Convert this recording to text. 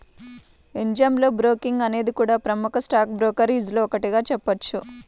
Angel Broking అనేది కూడా ప్రముఖ స్టాక్ బ్రోకరేజీల్లో ఒకటిగా చెప్పొచ్చు